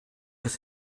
des